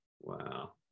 Wow